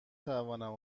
توانم